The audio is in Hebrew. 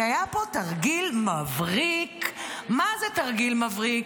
כי היה פה תרגיל מבריק, מה זה תרגיל מבריק.